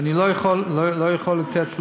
ואני לא יכול לתת לו.